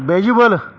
visual